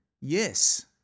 Yes